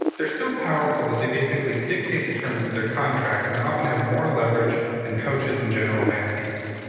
they're so powerful that they basically dictate the terms of their contracts and often have more leverage than coaches and general managers.